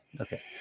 Okay